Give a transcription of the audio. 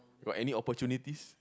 got any opportunities